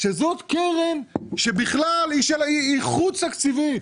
שזאת קרן שהיא בכלל חוץ תקציבית.